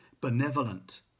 benevolent